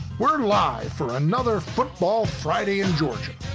we're live for another football friday in georgia.